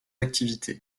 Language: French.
activités